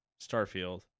Starfield